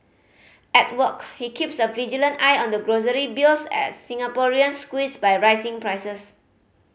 at work he keeps a vigilant eye on the grocery bills as Singaporeans squeezed by rising prices